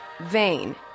vain